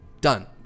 done